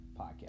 podcast